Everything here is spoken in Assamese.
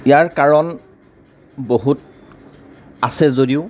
ইয়াৰ কাৰণ বহুত আছে যদিও